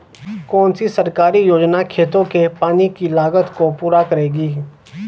कौन सी सरकारी योजना खेतों के पानी की लागत को पूरा करेगी?